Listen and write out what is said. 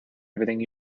everything